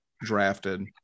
drafted